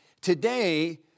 today